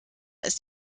ist